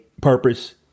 purpose